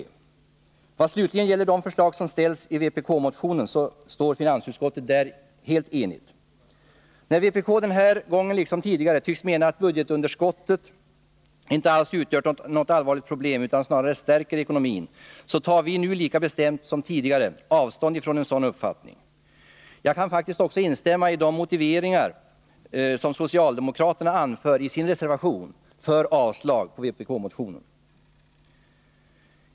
Vad slutligen gäller de förslag som framlagts i vpk:s motion står finansutskottet helt enigt. När vpk denna gång liksom tidigare tycks mena att budgetunderskottet inte alls utgör något allvarligt problem utan snarare stärker ekonomin, tar vi lika bestämt som tidigare avstånd ifrån en sådan uppfattning. Jag kan faktiskt också instämma i de motiveringar som socialdemokraterna anför i sin reservation för avslag på vpk-motionen.